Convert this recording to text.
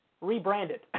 rebranded